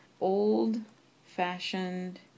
old-fashioned